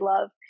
love